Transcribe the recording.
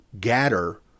gather